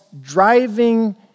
driving